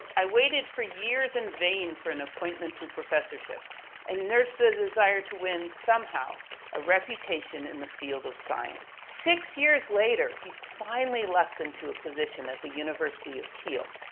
i waited for years in vain for an appointment to professorship and nursed the desire to win somehow a reputation in the field of science. six years later, he finally lucked into a position at the university of kiel,